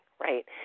right